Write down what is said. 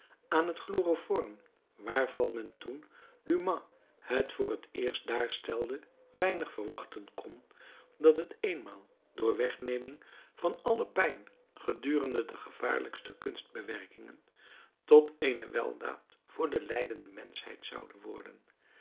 aan het chloroform waarvan men toen dumas het voor het eerst daarstelde weinig verwachten kon dat het eenmaal door wegneming van alle pijn gedurende de gevaarlijkste kunstbewerkingen tot eene weldaad voor de lijdende menschheid zoude worden